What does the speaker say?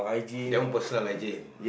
that one personal hygiene